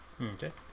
Okay